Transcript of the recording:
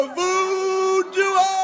Voodoo